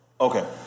Okay